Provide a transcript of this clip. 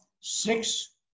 six